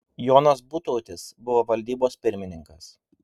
jonas butautis buvo valdybos pirmininkas